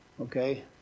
Okay